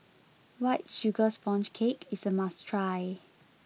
white sugar sponge cake is a must try